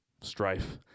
strife